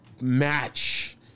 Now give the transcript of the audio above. match